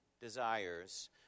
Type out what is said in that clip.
desires